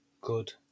Good